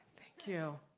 thank you.